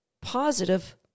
Positive